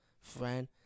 friend